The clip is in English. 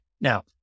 Now